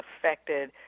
affected